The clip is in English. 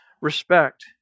respect